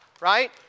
Right